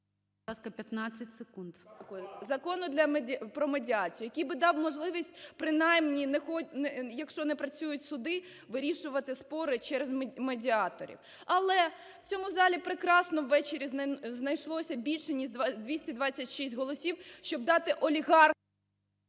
…Закону про медіацію, який би дав можливість принаймні, якщо не працюють суди, вирішувати спори через медіаторів. Але в цьому залі прекрасно ввечері знайшлося більш ніж 226 голосів, щоб дати олігархам…